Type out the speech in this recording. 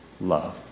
love